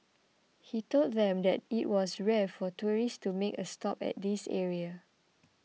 he told them that it was rare for tourists to make a stop at this area